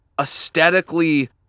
aesthetically